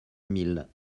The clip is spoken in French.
mille